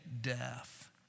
death